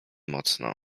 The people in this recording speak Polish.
mocno